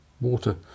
water